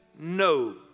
no